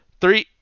Three